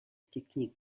techniques